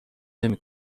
نمی